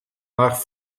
nach